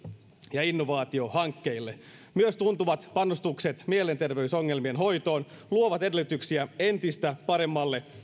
ja innovaatiohankkeille myös tuntuvat panostukset mielenterveysongelmien hoitoon luovat edellytyksiä entistä paremmalle